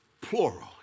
plural